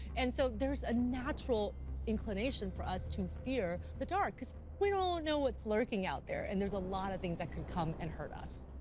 and so there's a natural inclination for us to fear the dark, because we don't know what's lurking out there and there's a lot of things that can come and hurt us.